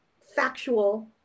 factual